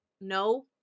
No